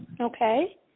okay